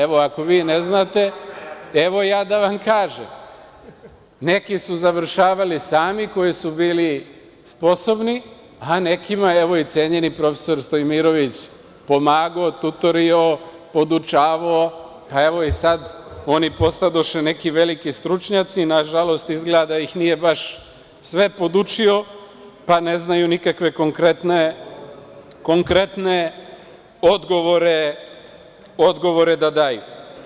Evo, ako vi ne znate, evo ja da vam kažem, neki su završavali sami, koji su bili sposobni, a nekima, evo i cenjeni profesor Stojmirović pomagao, tutorio, podučavao, pa evo i sad oni postadoše neki veliki stručnjaci, nažalost izgleda da ih nije baš sve podučio, pa ne znaju nikakve konkretne odgovore da daju.